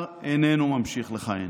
ושר איננו ממשיך לכהן.